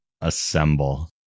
assemble